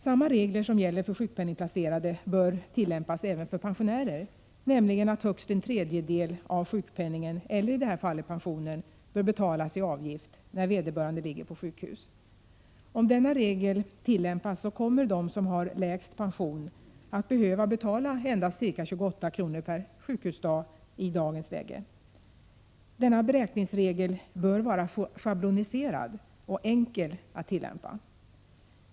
Samma regler som gäller för sjukpenningplacerade bör tillämpas även för pensionärer, nämligen att högst en tredjedel av sjukpenningen eller i det här 57 fallet pensionen bör betalas i avgift, när vederbörande ligger på sjukhus. Om denna regel tillämpas kommer de som har lägst pension att behöva betala endast ca 28 kr. per sjukhusdag i dagens läge. Denna beräkningsregel bör vara schabloniserad och enkel att tillämpa.